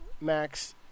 Max